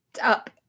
Up